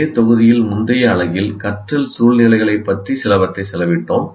இதே தொகுதியில் முந்தைய அலகில் கற்றல் சூழ்நிலைகளைப் பற்றி சிலவற்றை செலவிட்டோம்